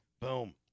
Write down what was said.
Boom